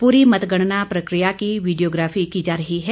पूरी मतगणना प्रक्रिया की वीडियोग्राफी की जा रही है